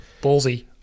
Ballsy